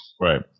right